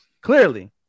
Clearly